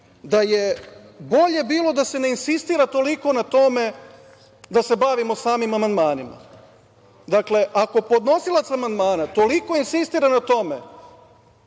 da je bolje bilo da se ne insistira toliko na tome da se bavimo samim amandmanima. Dakle, ako podnosilac amandmana toliko insistira na tome